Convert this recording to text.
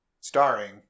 starring